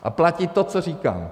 A platí to, co říkám.